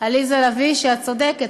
עליזה לביא: את צודקת.